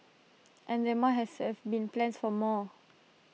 and there must has have been plans for more